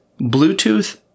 Bluetooth